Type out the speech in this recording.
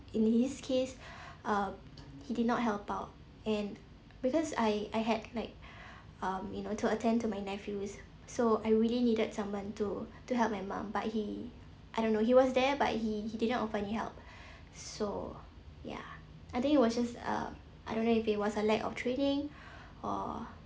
in this case uh he did not help out and because I I had like um you know to attend to my nephews so I really needed someone to to help my mum but he I don't know he was there but he he did not offer any help so ya I think it was just a I don't know if it was a lack of training or